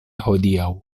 hodiaŭ